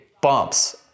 bumps